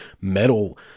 metal